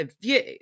view